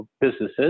businesses